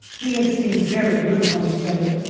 we have seen very little of each other.